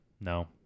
No